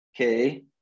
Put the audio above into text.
Okay